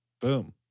Boom